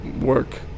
work